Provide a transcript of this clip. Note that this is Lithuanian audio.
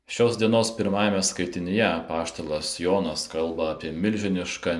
šios dienos pirmajame skaitinyje apaštalas jonas kalba apie milžinišką